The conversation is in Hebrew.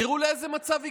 תראו לאיזה מצב הגענו.